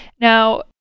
Now